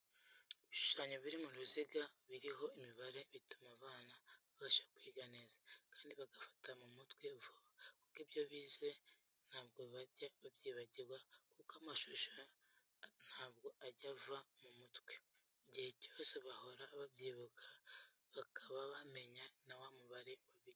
Ibishushanyo biri mu ruziga biriho imibare bituma abana babasha kwiga neza, kandi bagafata mu mutwe vuba kuko ibyo bize ntabwo bajya babyibagirwa kuko amashusho ntabwo ajya abava mu mutwe. Igihe cyose bahora bayibuka bakaba bamenya na wa mubare wabigishije.